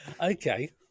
Okay